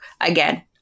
again